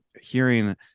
hearing